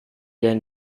yang